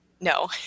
No